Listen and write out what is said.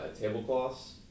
tablecloths